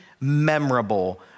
memorable